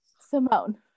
Simone